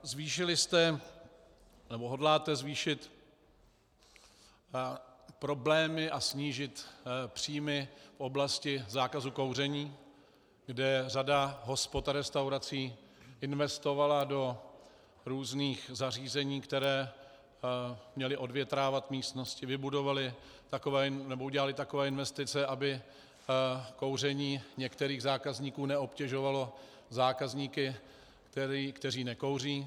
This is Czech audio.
Zvýšili jste nebo hodláte zvýšit problémy a snížit příjmy v oblasti zákazu kouření, kde řada hospod a restaurací investovala do různých zařízení, která měla odvětrávat místnosti, vybudovali, nebo udělali takové investice, aby kouření některých zákazníků neobtěžovalo zákazníky, kteří nekouří.